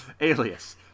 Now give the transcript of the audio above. Alias